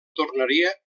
tornaria